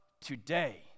today